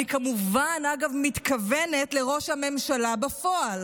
אגב, אני כמובן מתכוונת לראש הממשלה בפועל,